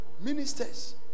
ministers